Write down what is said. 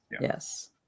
Yes